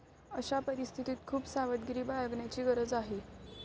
अशा परिस्थितीत खूप सावधगिरी बाळगण्याची गरज आहे